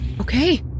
Okay